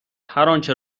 هرآنچه